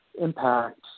impact